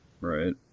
Right